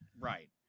Right